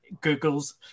Google's